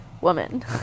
woman